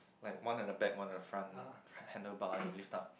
like one at the back one at the front handlebar and you lift up